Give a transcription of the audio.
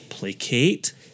placate